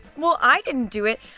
well, i didn't do it.